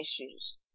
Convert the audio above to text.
issues